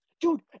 Dude